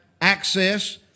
access